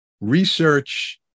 research